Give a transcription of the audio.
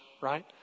right